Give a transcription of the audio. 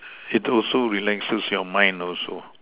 it also relaxes your mind also